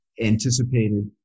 anticipated